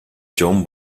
john